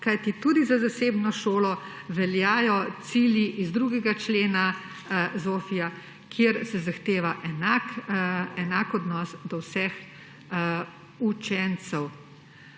kajti tudi za zasebno šolo veljajo cilji iz 2. člena ZOFVI, kjer se zahteva enak odnos do vseh učencev.